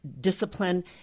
discipline